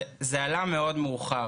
זה עלה מאוד מאוחר.